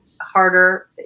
harder